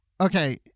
okay